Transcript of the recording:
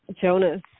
Jonas